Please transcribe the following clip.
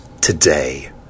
today